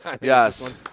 Yes